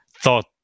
thought